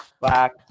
black